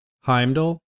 Heimdall